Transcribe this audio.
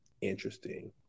interesting